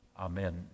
amen